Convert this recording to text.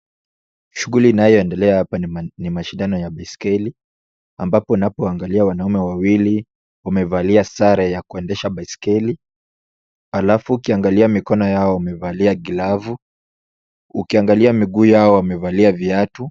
Shughuli inayoendelea hapa ni mashindano ya baiskeli, ambapo unapoangalia wanaume wawili wamevalia sare za kuendesha baiskeli, alafu ukiangalia mikono yao wamevalia glavu, ukiangalia miguu yao wamevalia viatu.